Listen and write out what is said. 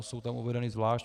Jsou tam uvedeny zvlášť.